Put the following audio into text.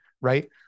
right